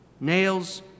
nails